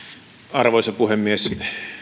arvoisa puhemies